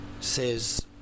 says